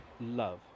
love